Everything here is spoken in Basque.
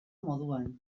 moduan